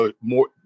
more